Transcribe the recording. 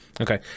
okay